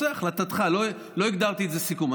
בסדר, החלטתך, לא הגדרתי איזה סיכום.